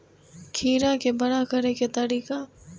खीरा के बड़ा करे के तरीका?